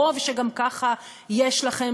ברוב שגם ככה יש לכם,